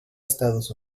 estados